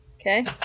okay